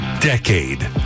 decade